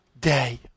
day